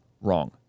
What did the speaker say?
wrong